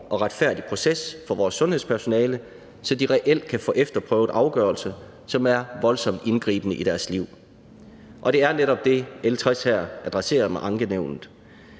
og retfærdig proces for vores sundhedspersonale, så de reelt kan få efterprøvet afgørelser, som er voldsomt indgribende i deres liv, og det er netop det, L 60 her adresserer med ankenævnet.